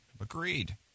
Agreed